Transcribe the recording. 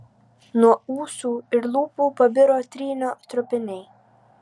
nuo ūsų ir lūpų pabiro trynio trupiniai